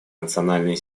национальные